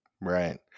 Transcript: Right